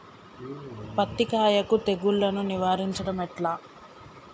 పత్తి కాయకు తెగుళ్లను నివారించడం ఎట్లా?